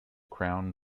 crown